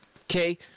Okay